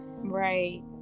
Right